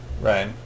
Right